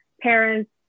parents